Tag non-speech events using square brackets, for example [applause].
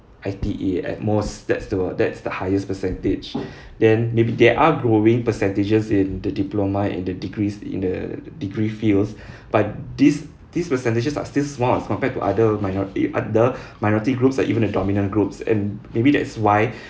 I_T_E at most that's the that's the highest percentage [breath] then maybe there are growing percentages in the diploma and the degrees in the degree fields [breath] but these these percentages are still small as compared to other minor eh other [breath] minority groups or even the dominant groups and maybe that is why